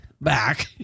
back